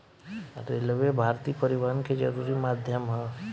railway भारतीय परिवहन के जरुरी माध्यम ह